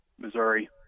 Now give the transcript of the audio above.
Missouri